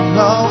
no